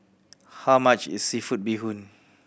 how much is seafood bee hoon